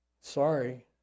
Sorry